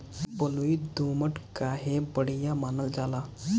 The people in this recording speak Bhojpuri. बलुई दोमट काहे बढ़िया मानल जाला?